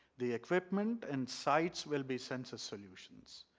the equipment and sites will be census solutions.